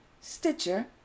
Stitcher